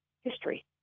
history